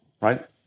right